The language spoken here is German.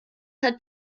hat